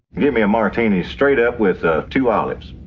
give me a martini, straight-up, with ah two olives.